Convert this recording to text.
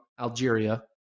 Algeria